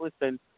Listen